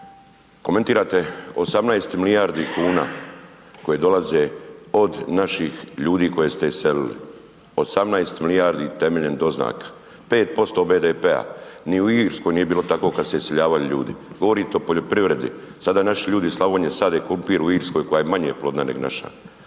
komentirate 18 milijardi kuna koje dolaze od naših ljudi koje ste iselili, 18 milijardi temeljem doznaka, 5% BDP-a, ni u Irskoj nije bilo tako kad su se iseljavali ljudi. Govorite o poljoprivredi, sada naši ljudi iz Slavonije sade krumpir u Irskoj koja je manje plodna neg naša,